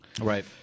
Right